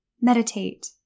Meditate